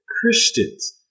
Christians